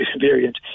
variant